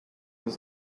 this